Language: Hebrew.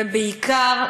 ובעיקר,